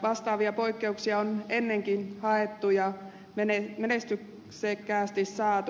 vastaavia poikkeuksia on ennenkin haettu ja menestyksekkäästi saatu